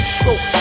stroke